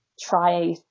try